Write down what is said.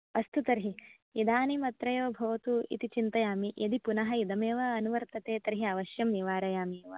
अस्तु तर्हि इदानीम् अत्रैव भवतु इति चिन्तयामि यदि पुनः इदमेव अनुवर्तते तर्हि अवश्यं निवारयामि एव